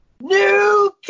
New